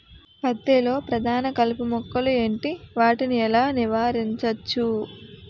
పత్తి లో ప్రధాన కలుపు మొక్కలు ఎంటి? వాటిని ఎలా నీవారించచ్చు?